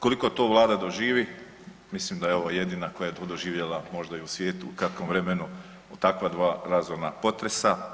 Koliko to Vlada doživi, mislim da je ovo jedina koja je to doživjela, možda i u svijetu, u kratkom vremenu u takva dva razorna potresa.